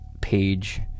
page